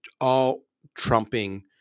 all-trumping